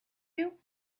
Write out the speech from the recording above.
you